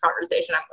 conversation